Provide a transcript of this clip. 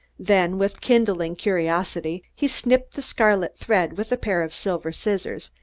then, with kindling curiosity, he snipped the scarlet thread with a pair of silver scissors,